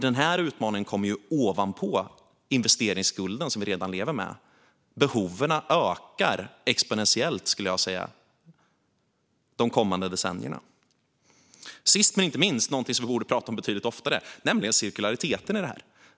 Den här utmaningen kommer ovanpå investeringsskulden som vi redan lever med. Behoven ökar exponentiellt, skulle jag säga, de kommande decennierna. Sist men inte minst är cirkulariteten i det här någonting som vi borde prata om betydligt oftare.